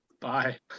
Bye